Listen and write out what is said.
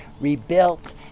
rebuilt